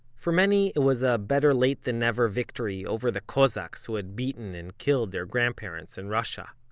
for many it was a better-late-than-never victory over the cossacks who had beaten and killed their grandparents in russia.